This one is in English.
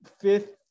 fifth